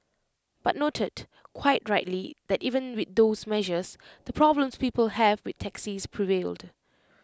but noted quite rightly that even with those measures the problems people have with taxis prevailed